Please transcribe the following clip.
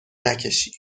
نکشی